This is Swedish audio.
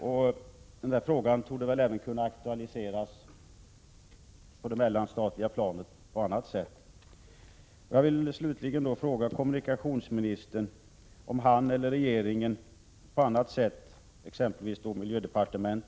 Men frågan borde även kunna aktualiseras på ett mellanstatligt plan på annat sätt.